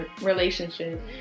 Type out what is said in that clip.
relationship